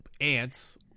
ants